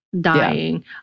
dying